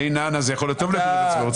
תה עם נענע זה יכול להיות טוב לבריאות הציבור.